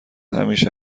همیشه